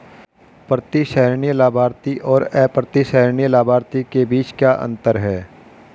प्रतिसंहरणीय लाभार्थी और अप्रतिसंहरणीय लाभार्थी के बीच क्या अंतर है?